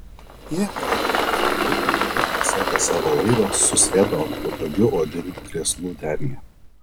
jie praėjo jachtklubą ir pasiekę savo laivą susėdo ant patogių odinių krėslų denyje